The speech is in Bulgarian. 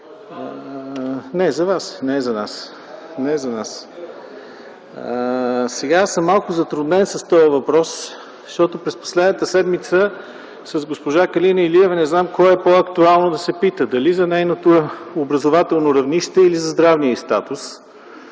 Не, за вас е, не е за нас. Аз съм малко затруднен с този въпрос, защото в последната седмица с госпожа Калина Илиева не знам кое е по-актуално да се пита - дали за нейното образователно равнище или за здравния й статус.